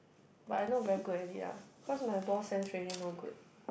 but I not very good at it ah cause my ball sense really no good